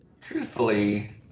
Truthfully